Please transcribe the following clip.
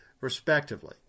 respectively